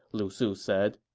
lu su said